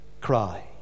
cry